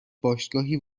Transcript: باشگاهی